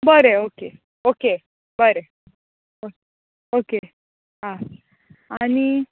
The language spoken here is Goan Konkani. बरें ओके ओके बरें ओके आं आनी